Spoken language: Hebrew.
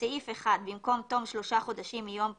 בסעיף 1, במקום "תום שלושה חודשים מיום פרסומו"